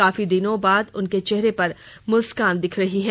काफी दिनों पर उनके चेहरे पर मुस्कान दिख रही है